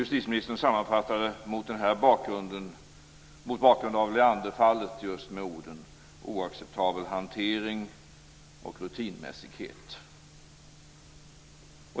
Justitieministern sammanfattade mot bakgrund av Leanderfallet detta med orden "oacceptabel hantering" och "rutinmässighet".